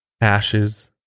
ashes